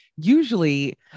usually